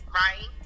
right